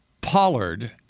Pollard